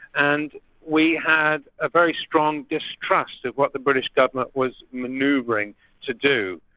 and we had a very strong distrust of what the british government was manoeuvring to do.